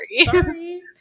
sorry